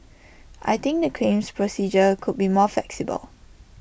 I think the claims procedure could be more flexible